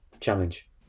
challenge